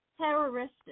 terrorist